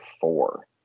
four